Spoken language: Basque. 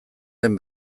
den